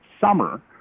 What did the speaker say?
summer